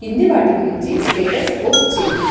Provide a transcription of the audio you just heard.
క్రింది వాటి గురించి స్టేటస్ పోస్ట్ చేయి